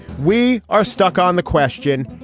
we are stuck on the question.